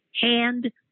Hand